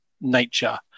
nature